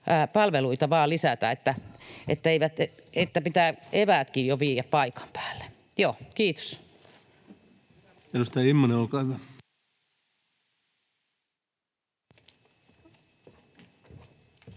palveluita vain lisätä niin että pitää eväätkin jo viedä paikan päälle. — Joo,